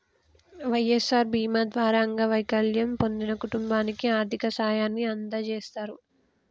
వై.ఎస్.ఆర్ బీమా ద్వారా అంగవైకల్యం పొందిన కుటుంబానికి ఆర్థిక సాయాన్ని అందజేస్తారు